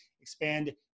expand